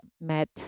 met